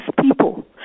people